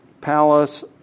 palace